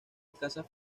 escasas